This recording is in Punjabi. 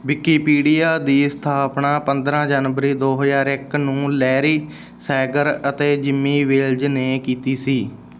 ਵਿਕੀਪੀਡੀਆ ਦੀ ਸਥਾਪਨਾ ਪੰਦਰਾਂ ਜਨਵਰੀ ਦੋ ਹਜ਼ਾਰ ਇੱਕ ਨੂੰ ਲੈਰੀ ਸੈਗਰ ਅਤੇ ਜਿੰਮੀ ਵੇਲਜ਼ ਨੇ ਕੀਤੀ ਸੀ